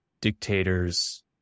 dictators